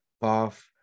path